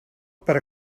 per